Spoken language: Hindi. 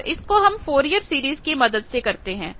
और इसको हम फोरिअर सीरीज की मदद से करते हैं